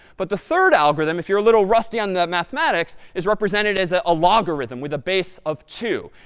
but the third algorithm, if you're a little rusty on the mathematics, is represented as ah a logarithm with a base of two.